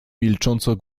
milcząco